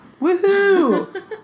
Woohoo